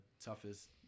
toughest